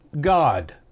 God